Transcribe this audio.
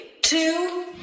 two